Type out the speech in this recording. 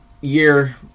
year